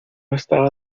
estaba